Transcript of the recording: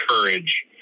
courage